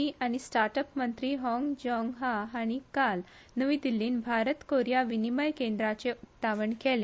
इ आनी start up मंत्री हाँग जाँग हा हाणी काल नवी दिल्लीत भारत कोरीया विनीमय केंद्राचे उक्तावण केले